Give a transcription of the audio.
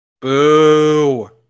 Boo